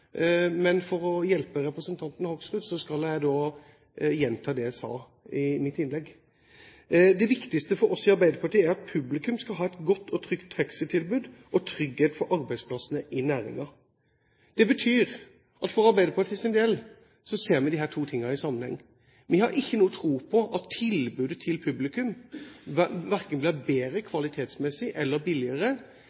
Men for å hjelpe representanten Hoksrud skal jeg gjenta det jeg sa i mitt innlegg. Det viktigste for oss i Arbeiderpartiet er at publikum skal ha et godt og trygt taxitilbud, og at det er trygghet for arbeidsplassene i næringen. For Arbeiderpartiets del betyr det at vi ser disse to tingene i sammenheng. Vi har ikke noen tro på at tilbudene til publikum verken blir bedre